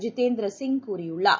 ஜிதேந்திர சிங் கூறியுள்ளார்